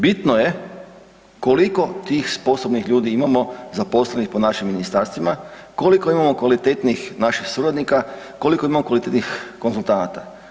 Bitno je koliko tih sposobnih ljudi imamo zaposlenih po našim ministarstvima, koliko imamo kvalitetnih naših suradnika, koliko imamo kvalitetnih konzultanata.